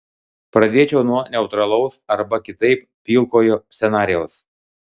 pradėčiau nuo neutralaus arba kitaip pilkojo scenarijaus